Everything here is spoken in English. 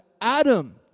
Adam